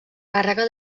càrrega